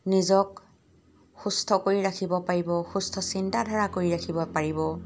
নিজক সুস্থ কৰি ৰাখিব পাৰিব সুস্থ চিন্তাধাৰা কৰি ৰাখিব পাৰিব